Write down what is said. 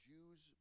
Jews